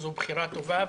שזו בחירה טובה,